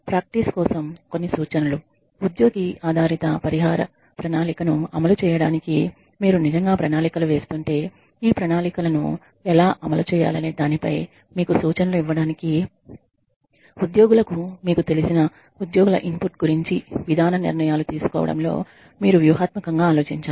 practice కోసం కొన్ని సూచనలు ఉద్యోగి ఆధారిత పరిహార ప్రణాళికను అమలు చేయడానికి మీరు నిజంగా ప్రణాళికలు వేస్తుంటే ఈ ప్రణాళికలను ఎలా అమలు చేయాలనే దానిపై మీకు సూచనలు ఇవ్వడానికి ఉద్యోగులకు మీకు తెలిసిన ఉద్యోగుల ఇన్పుట్ గురించి విధాన నిర్ణయాలు తీసుకోవడంలో మీరు వ్యూహాత్మకంగా ఆలోచించాలి